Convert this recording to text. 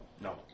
No